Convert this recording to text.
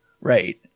Right